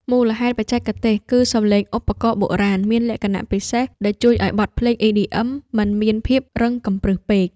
មូលហេតុបច្ចេកទេសគឺសំឡេងឧបករណ៍បុរាណមានលក្ខណៈពិសេស ដែលជួយឱ្យបទភ្លេង EDM មិនមានភាពរឹងកំព្រឹសពេក។